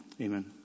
Amen